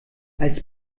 als